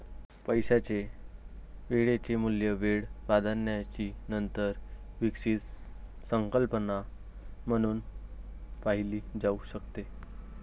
पैशाचे वेळेचे मूल्य वेळ प्राधान्याची नंतर विकसित संकल्पना म्हणून पाहिले जाऊ शकते